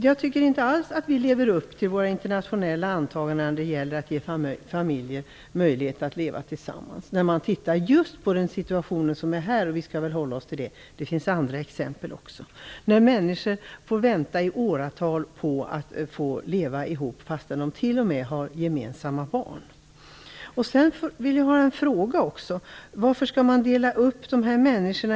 Jag tycker inte att vi lever upp till våra internationella åtaganden att ge familjer möjlighet att leva tillsammans. Det gäller just situationen här - låt oss hålla oss till den. Det finns också andra exempel. Människor kan få vänta i åratal på att få leva ihop fastän de t.o.m. har gemensamma barn. Jag har en ytterligare fråga. Varför skall dessa människor delas upp i grupper?